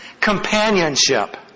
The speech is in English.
companionship